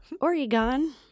Oregon